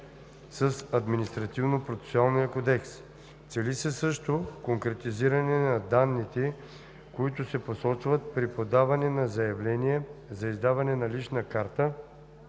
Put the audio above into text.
с Административнопроцесуалния кодекс. Цели се също конкретизиране на данните, които се посочват при подаване на заявление за издаване на лична карта